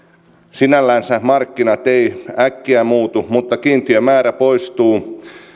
sinällänsä markkinat eivät äkkiä muutu mutta kiintiömäärä poistuu